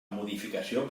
modificació